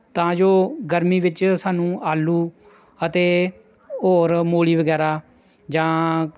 ਤਾਂ ਜੋ ਗਰਮੀ ਵਿੱਚ ਸਾਨੂੰ ਆਲੂ ਅਤੇ ਔਰ ਮੂਲੀ ਵਗੈਰਾ ਜਾਂ